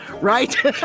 Right